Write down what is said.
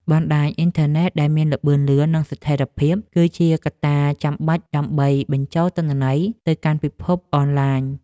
បណ្តាញអ៊ីនធឺណិតដែលមានល្បឿនលឿន និងស្ថិរភាព គឺជាកត្តាចាំបាច់ដើម្បីបញ្ចូលទិន្នន័យទៅកាន់ពិភពអនឡាញ។